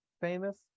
famous